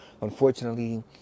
unfortunately